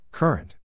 Current